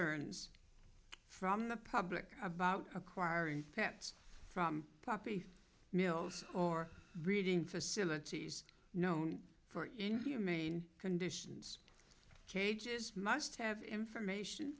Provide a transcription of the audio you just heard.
concerns from the public about acquiring pets from puppy mills or breeding facilities known for inhumane conditions cages must have information